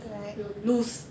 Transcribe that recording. we'll lose